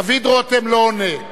דוד רותם לא עונה.